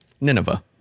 Nineveh